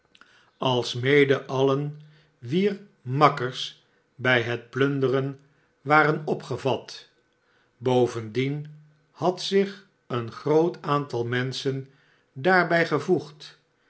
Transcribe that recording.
alsmede alien wier makkers bij het plunderen waren opgevat bovendien had zich een groot aantal menschen daarbij gevoegd